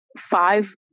five